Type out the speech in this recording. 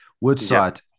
Woodside